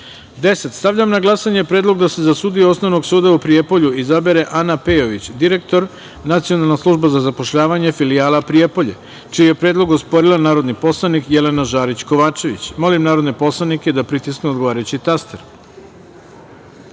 Stavljam na glasanje predlog da se za sudiju Osnovnog suda u Prijepolju izabere Ana Pejović, direktor Nacionalne službe za zapošljavanje, Filijala Prijepolje, čiji je predlog osporila narodni poslanik Jelena Žarić Kovačević. Molim narodne poslanike da pritisnu odgovarajući